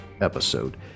episode